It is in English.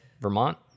Vermont